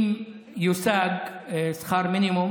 אם יושג שכר מינימום,